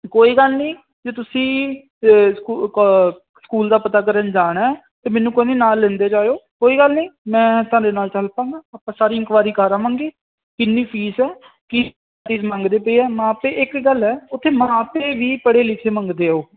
ਕੋਈ ਗੱਲ ਨਹੀਂ ਤੇ ਤੁਸੀਂ ਸਕੂਲ ਦਾ ਪਤਾ ਕਰਨ ਜਾਣਾ ਤੇ ਮੈਨੂੰ ਕੋਈ ਨੀ ਨਾਲ ਲੈਂਦੇ ਜਾਇਓ ਕੋਈ ਗੱਲ ਨਹੀਂ ਮੈਂ ਤੁਹਾਡੇ ਨਾਲ ਚੱਲ ਪਾਂਗਾ ਆਪਾਂ ਸਾਰੀ ਇਨਕੁਾਇਰੀ ਕਰ ਆਵਾਂਗੇ ਇੰਨੀ ਫੀਸ ਹੈ ਕਿ ਮੰਗਦੇ ਪਏ ਆ ਮਾਂ ਪੇ ਇੱਕ ਗੱਲ ਉੱਥੇ ਮਾ ਪਿਓ ਵੀ ਪੜੇ ਲਿਖੇ ਮੰਗਦੇ ਹੋ